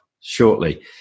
shortly